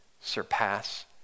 surpass